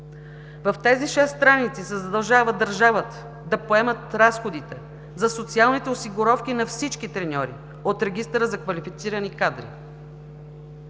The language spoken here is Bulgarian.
В тези шест страници се задължава държавата да поема разходите за социалните осигуровки на всички треньори от регистъра за квалифицирани кадри.